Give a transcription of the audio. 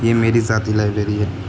یہ میری ذاتی لائبریری ہے